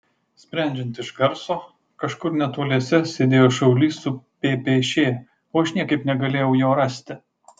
sprendžiant iš garso kažkur netoliese sėdėjo šaulys su ppš o aš niekaip negalėjau jo rasti